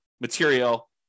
material